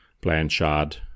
Blanchard